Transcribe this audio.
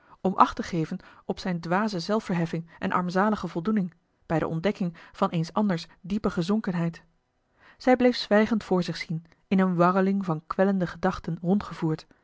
om acht te geven op zijne dwaze zelfverheffing en armzalige voldoening bij de ontdekking van eens anders diepe gezonkenheid zij bleef zwijgend voor zich zien in eene warreling van kwellende gedachten rondgevoerd